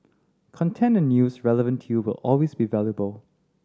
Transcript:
content and news relevant to you will always be valuable